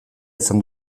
izan